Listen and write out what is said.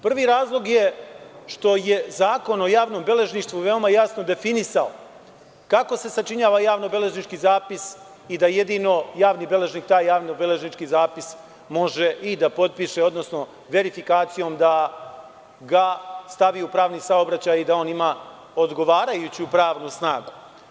Prvi razlog je što je Zakon o javnom beležništvu veoma jasno definisao kako se sačinjava javno-beležnički zapis i da jedino javni beležnik taj javno-beležnički zapis može potpisati, odnosno verifikacijom da ga stavi u pravni saobraćaj i da on ima odgovarajuću pravnu snagu.